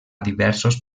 diversos